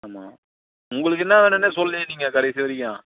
ஆமாம் உங்களுக்கு என்ன வேணுன்னே சொல்லலையே நீங்கள் கடைசி வரைக்கும்